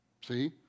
See